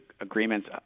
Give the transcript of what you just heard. agreements